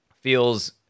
feels